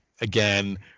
again